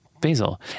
Basil